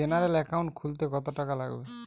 General account খুলতে কত টাকা লাগবে?